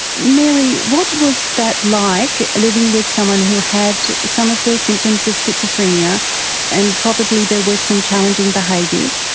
mary, what was that like, living with someone who had some of those symptoms of schizophrenia and probably there were some challenging behaviours?